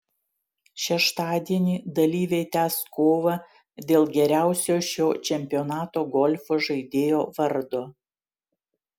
šeštadienį dalyviai tęs kovą dėl geriausio šio čempionato golfo žaidėjo vardo